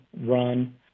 run